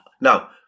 Now